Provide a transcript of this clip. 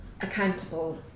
accountable